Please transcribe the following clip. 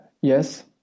Yes